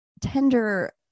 tender